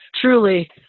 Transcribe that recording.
truly